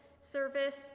service